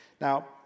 Now